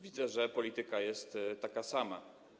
Widzę, że polityka jest taka sama.